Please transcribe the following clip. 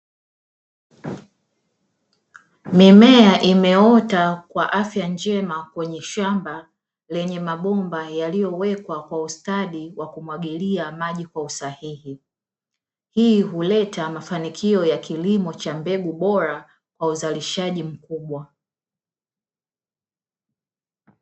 Mimea imeota kwa afya njema kwenye shamba lenye mabomba yaliyowekwa kwa ustadi wa kumwagilia maji kwa usahihi. Hii huleta mafaniko ya kilimo cha mbegu bora kwa uzalishaji mkubwa.